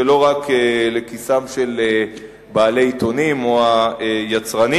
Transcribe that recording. ולא רק לכיסם של בעלי עיתונים או היצרנים.